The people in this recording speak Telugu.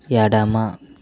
ఎడమ